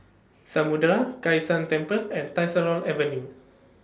Samudera Kai San Temple and Tyersall Avenue